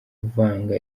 kuvanga